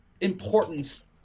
importance